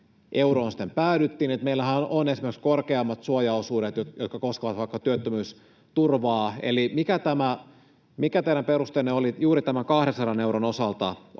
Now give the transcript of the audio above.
euroon sitten päädyttiin? Meillähän on esimerkiksi korkeammat suojaosuudet, jotka koskevat vaikka työttömyysturvaa. Eli mikä teidän perusteenne oli, että juuri tämän 200 euron osalta